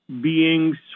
beings